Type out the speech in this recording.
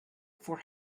for